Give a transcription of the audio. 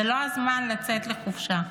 זה לא הזמן לצאת לחופשה,